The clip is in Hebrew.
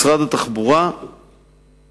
משרד התחבורה אחראי: א.